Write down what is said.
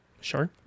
sure